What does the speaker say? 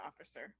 officer